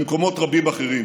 במקומות רבים אחרים